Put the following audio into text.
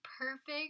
perfect